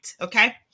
okay